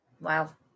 Wow